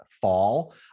fall